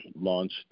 launched